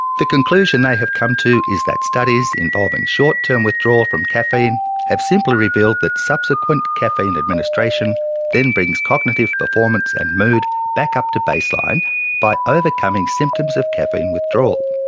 the conclusion they have come to is that studies involving short term withdrawal from caffeine have simply revealed that subsequent caffeine administration then brings cognitive performance and mood back up to baseline by overcoming symptoms of caffeine withdrawal.